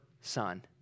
son